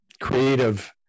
creative